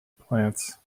plants